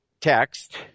text